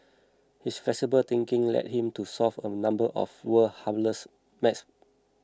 his flexible thinking led him to solve a number of world's hardest math problems